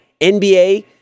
NBA